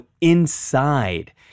inside